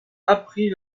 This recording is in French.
appris